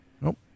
Nope